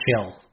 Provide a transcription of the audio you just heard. chill